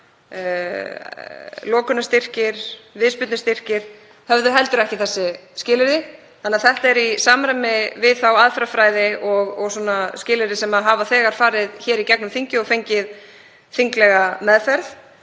lokunarstyrkir og viðspyrnustyrkir höfðu heldur ekki þessi skilyrði þannig að þetta er í samræmi við þá aðferðafræði og skilyrði sem hafa þegar farið hér í gegnum þingið og fengið þinglega meðferð.